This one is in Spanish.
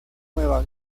nueva